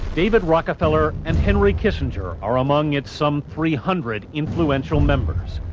david rockefeller and henry kissinger are among its some three hundred influential members.